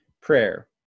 prayer